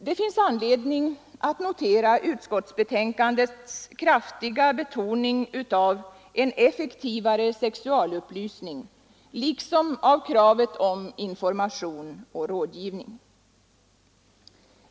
Det finns anledning att notera utskottsbetänkandets kraftiga betoning av en effektivare sexualupplysning, liksom av kravet på information och rådgivning.